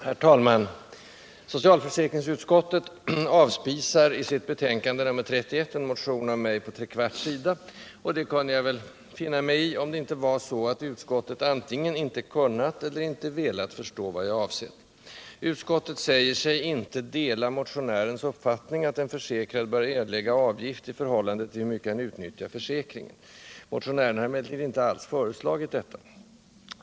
Herr talman! Socialförsäkringsutskottet avspisar i sitt betänkande nr 31 en motion av mig på tre fjärdedels sida, och det kunde jag väl finna mig i, om det inte vore så att utskottet antingen inte kunnat eller inte velat förstå vad jag avsett. Utskottet säger sig inte ”dela motionärens uppfattning att en försäkrad bör erlägga avgift i förhållande till hur mycket han utnyttjar 143 försäkringen”. Motionären har emellertid inte alls föreslagit detta.